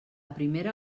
primera